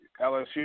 LSU